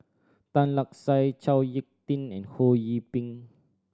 Tan Lark Sye Chao Hick Tin and Ho Yee Ping